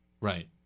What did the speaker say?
Right